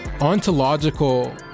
Ontological